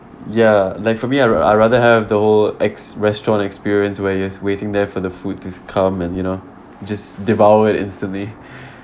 ya like for me I'd I rather have the whole ex~ restaurant experience where you is waiting there for the food to come and you know just devour it instantly